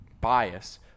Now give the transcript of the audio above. bias